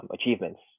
achievements